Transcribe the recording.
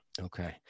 Okay